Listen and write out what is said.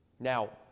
Now